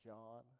John